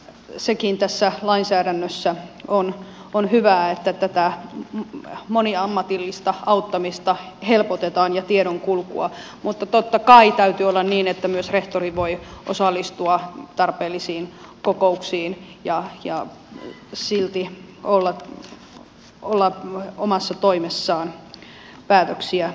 sekin tässä lainsäädännössä on hyvää että tätä moniammatillista auttamista ja tiedonkulkua helpotetaan mutta totta kai täytyy olla niin että myös rehtori voi osallistua tarpeellisiin kokouksiin ja silti olla omassa toimessaan päätöksiä tekemässä